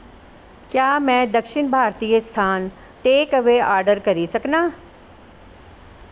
क्या में दक्षिण भारतीय स्थान टेकअवेऽ आर्डर करी सकनां